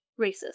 racist